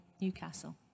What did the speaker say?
Newcastle